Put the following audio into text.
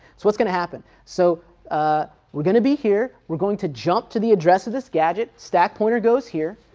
what's going to happen? so ah we're going to be here, we're going to jump to the address of this gadget, stack pointer goes here,